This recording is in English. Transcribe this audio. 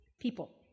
People